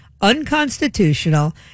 unconstitutional